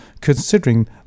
considering